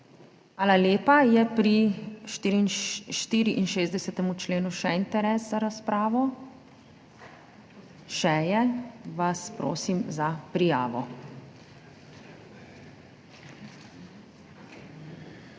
Hvala lepa. Je pri 64. členu še interes za razpravo? Še je. Prosim vas za prijavo.